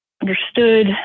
understood